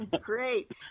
Great